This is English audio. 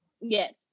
Yes